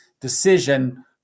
decision